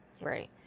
right